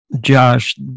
Josh